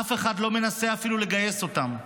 אף אחד לא מנסה אפילו לגייס אותם".